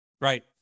Right